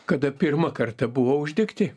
kada pirmą kartą buvo uždegti